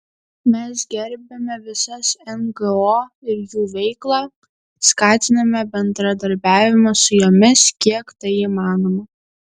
mes gerbiame visas ngo ir jų veiklą skatiname bendradarbiavimą su jomis kiek tai įmanoma